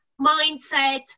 mindset